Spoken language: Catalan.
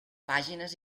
pàgines